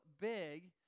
big